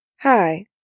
Hi